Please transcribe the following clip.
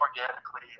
organically